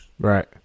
right